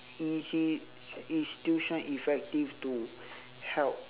is it is tuition effective to help